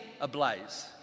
ablaze